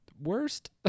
worst